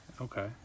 Okay